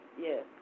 Yes